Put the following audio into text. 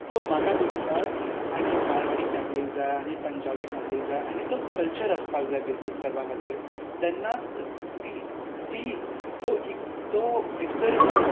so म्हाका दिसता की आनी म्हारवाडी फॅम्लीज जाय आनी पंजाबी फॅम्लीज जाय आनी तो कल्चर आसपाक जाय बिजनस करपा खातीर तेन्नाच ती ती तो एक तो निसर्ग